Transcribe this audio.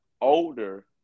older